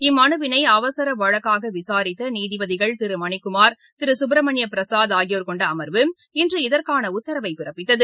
இம்மனுவினை அவசர வழக்காக விசாரித்த நீதிபதிகள் திரு மணிக்குமார் திரு சுப்ரமணிய பிரசாத் ஆகியோர் கொண்ட அமர்வு இன்று இதற்னன உத்தரவினை பிறப்பித்தது